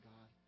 God